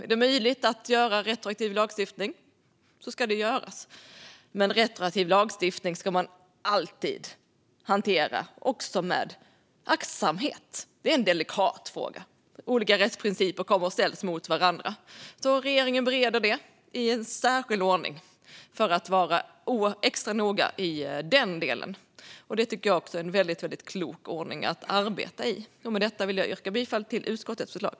Om det är möjligt att göra retroaktiv lagstiftning ska det göras, men retroaktiv lagstiftning ska alltid hanteras med aktsamhet. Det är en delikat fråga, och olika rättsprinciper ställs mot varandra. Regeringen bereder detta i en särskild ordning för att vara extra noga i den delen. Det tycker jag är en väldigt klok ordning att arbeta i. Med detta vill jag yrka bifall till utskottets förslag.